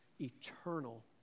eternal